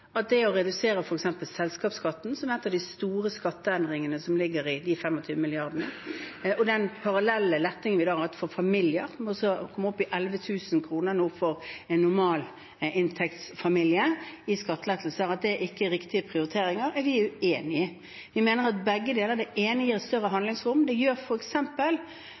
at f.eks. å redusere selskapsskatten, som er en av de store skatteendringene som ligger i de 25 mrd. kr, og den parallelle lettingen vi har hatt for familier, med 11 000 kr i skattelettelser for en normalinntektsfamilie nå, er riktige prioriteringer. Det er vi uenig i. Vi mener at begge deler er det. Det ene gir større handlingsrom. Det gjør